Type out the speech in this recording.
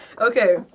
Okay